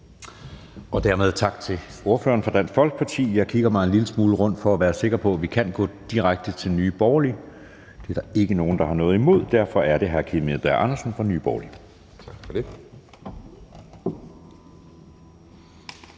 Dermed tak til ordføreren for Dansk Folkeparti. Jeg kigger mig en lille smule rundt for at være sikker på, at vi kan gå direkte til Nye Borgerlige. Det er der ikke nogen der har noget imod. Derfor er det hr. Kim Edberg Andersen, Nye Borgerlige. Kl.